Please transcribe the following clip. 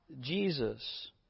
Jesus